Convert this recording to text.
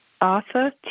Arthur